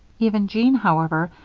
even jean, however,